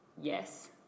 yes